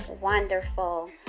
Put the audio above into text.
wonderful